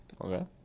Okay